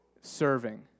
Serving